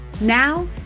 Now